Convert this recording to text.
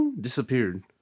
disappeared